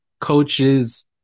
coaches